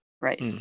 right